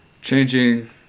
Changing